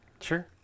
Sure